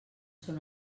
són